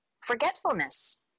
Forgetfulness